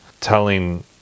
Telling